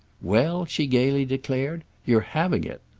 well, she gaily declared, you're having it!